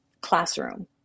classroom